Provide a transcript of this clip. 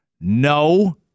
No